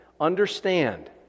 Understand